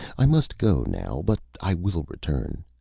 i must go now, but i will return.